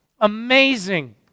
Amazing